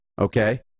okay